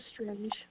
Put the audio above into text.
strange